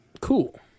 Cool